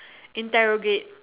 interrogate